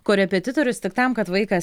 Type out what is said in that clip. korepetitorius tik tam kad vaikas